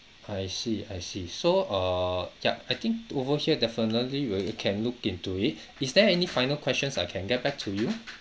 I see I see so err ya I think over here definitely we can look into it is there any final questions I can get back to you